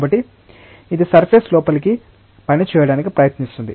కాబట్టి ఇది సర్ఫేస్ లోపలికి పనిచేయడానికి ప్రయత్నిస్తుంది